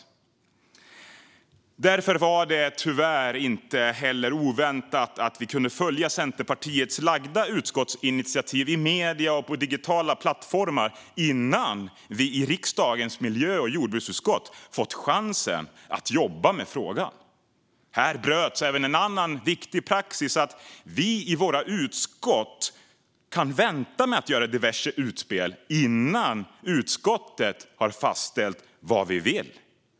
Tyvärr var det inte oväntat att vi kunde följa Centerpartiets framlagda utskottsinitiativ i medier och på digitala plattformar innan vi i riksdagens miljö och jordbruksutskott fått chansen att jobba med frågan. Här bröts även en annan viktig praxis: att vi i våra utskott väntar med att göra diverse utspel innan utskottet har fastställt vad vi vill.